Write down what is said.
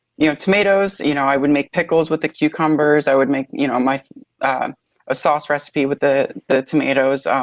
you know tomatoes. you know i would make pickles with the cucumbers, i would make you know my a sauce recipe with the the tomatoes.